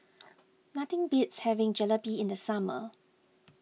nothing beats having Jalebi in the summer